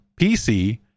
PC